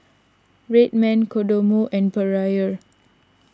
Red Man Kodomo and Perrier